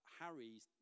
Harry's